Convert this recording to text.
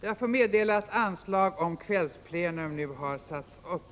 Jag får meddela att anslag om kvällsplenum nu har satts upp.